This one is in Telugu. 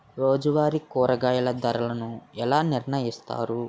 రోజువారి కూరగాయల ధరలను ఎలా నిర్ణయిస్తారు?